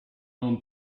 own